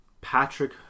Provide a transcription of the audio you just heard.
Patrick